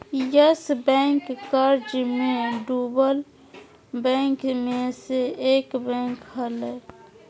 yes bank कर्ज मे डूबल बैंक मे से एक बैंक हलय